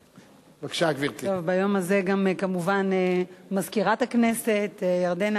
ביום הזה, גם כמובן מזכירת הכנסת, ירדנה,